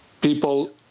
people